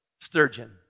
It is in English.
sturgeon